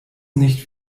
nicht